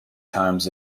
times